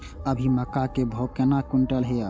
अभी मक्का के भाव केना क्विंटल हय?